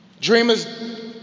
Dreamers